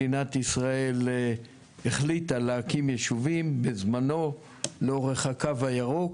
מדינת ישראל החליטה להקים ישובים בזמנו לאורך הקו הירוק.